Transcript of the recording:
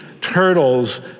turtles